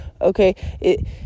Okay